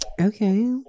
Okay